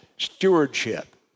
stewardship